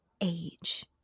age